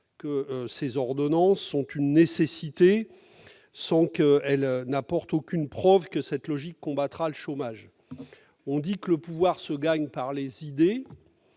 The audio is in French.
que ces ordonnances sont une nécessité, sans apporter aucune preuve que cette logique combattra le chômage. On dit que le pouvoir se gagne par les idées